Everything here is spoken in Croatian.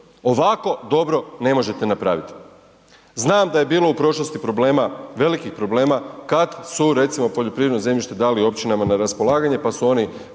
ovako dobro ne možete napraviti. Znam da je bilo u prošlosti problema, velikih problema kad su recimo poljoprivredno zemljište dali općinama na raspolaganje, pa su oni